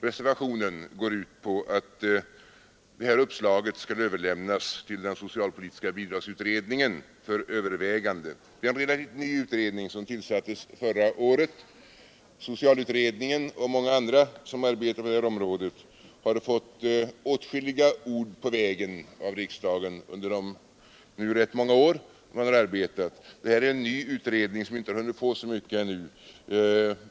Reservationen går ut på att det här uppslaget skall överlämnas till den socialpolitiska bidragsutredningen för övervägande. Det är en relativt ny utredning som tillsattes förra året. Socialutredningen och många andra som arbetar på detta område har fått åtskilliga ord på vägen av riksdagen under de nu rätt många år som man arbetat. Detta är en ny utredning som inte hunnit få så många råd ännu.